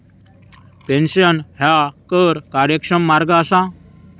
pension ह्या कर कार्यक्षम मार्ग असा